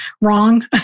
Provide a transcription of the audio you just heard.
wrong